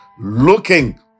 looking